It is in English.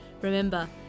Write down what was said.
Remember